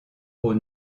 aux